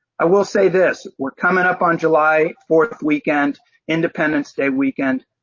i will say this, we are coming up on july four weekend independence day weekend,